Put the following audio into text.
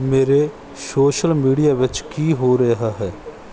ਮੇਰੇ social media ਵਿੱਚ ਕੀ ਹੋ ਰਿਹਾ ਹੈ